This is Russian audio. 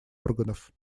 органов